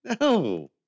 no